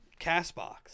Castbox